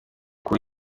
cui